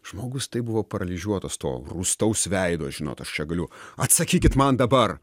žmogus taip buvo paralyžiuotas to rūstaus veido žinot aš čia galiu atsakykit man dabar